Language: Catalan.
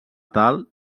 tal